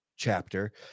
Chapter